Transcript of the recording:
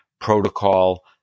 protocol